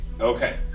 Okay